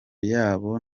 yaho